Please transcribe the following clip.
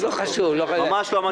לא אמרתי.